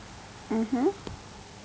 mmhmm